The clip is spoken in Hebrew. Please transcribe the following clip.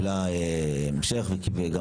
יש לנו הצעת חוק שכבר קיבלה המשך וגם